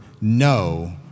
no